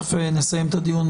תיכף נסיים את הדיון,